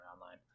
online